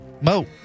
Mo